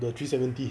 the three seventy